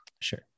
Sure